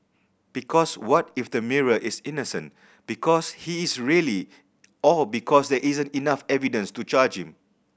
because what if the minor is innocent because he is really or because there isn't enough evidence to charge him